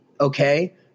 okay